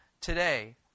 today